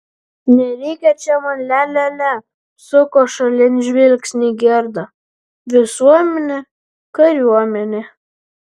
nereikia čia man lia lia lia suko šalin žvilgsnį gerda visuomenė kariuomenė